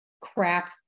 crap